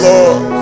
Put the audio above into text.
Lord